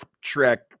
Trek